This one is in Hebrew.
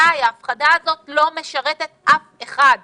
יש מקומות אולי שיכולים לשמור יותר טוב על הסובבים.